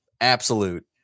absolute